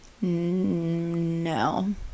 no